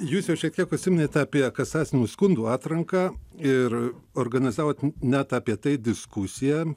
jūs jau šiek tiek užsiminėt apie kasacinių skundų atranką ir organizavot net apie tai diskusiją